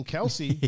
Kelsey